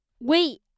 Wait